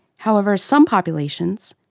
however, some populations,